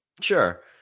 Sure